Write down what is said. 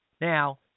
Now